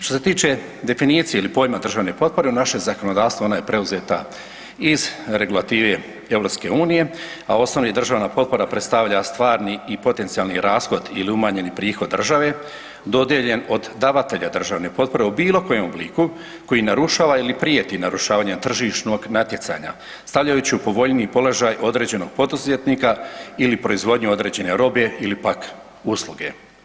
Što se tiče definicije ili pojma državne potpore u našem zakonodavstvu ona je preuzeta iz regulative Europske unije a osnovna državna potpora predstavlja stvarni i potencijalni rashod ili umanjeni prihod države dodijeljen od davatelja državne potpore u bilo kojem obliku koji narušava ili prijeti narušavanjem tržišnog natjecanja, stavljajući u povoljniji položaj određenog poduzetnika ili proizvodnju određene robe ili pak usluge.